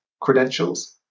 credentials